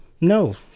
No